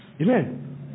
Amen